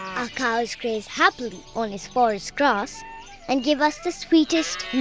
our cows graze happily on his forest grass and give us the sweetest